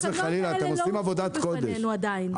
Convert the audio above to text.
התקנות האלה עדיין לא הובאו בפנינו.